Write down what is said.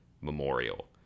memorial